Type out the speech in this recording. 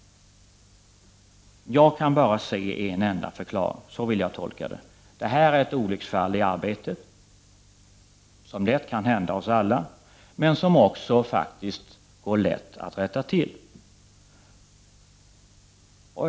Jag kan bara finna en enda förklaring till det. Det är ett olycksfall i arbetet som lätt kan hända oss alla, men som faktiskt också går lätt att rätta till.